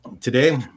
today